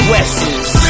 West's